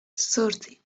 zortzi